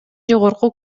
жогорку